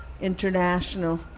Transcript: International